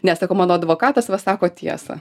nes mano advokatas va sako tiesą